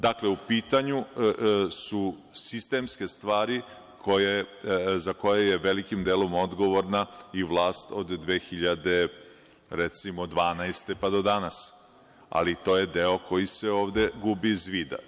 Dakle, u pitanju su sistemske stvari za koje je velikim delom odgovorna i vlast od, recimo, 2012. godine pa do danas, ali to je deo koji se ovde gubi iz vida.